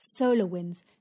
SolarWinds